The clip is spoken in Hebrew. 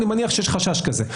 אני מניח שיש חשש כזה.